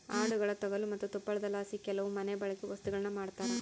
ಆಡುಗುಳ ತೊಗಲು ಮತ್ತೆ ತುಪ್ಪಳದಲಾಸಿ ಕೆಲವು ಮನೆಬಳ್ಕೆ ವಸ್ತುಗುಳ್ನ ಮಾಡ್ತರ